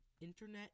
Internet